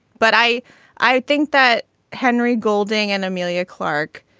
but i i think that henry golding and amelia clark